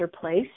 place